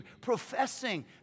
professing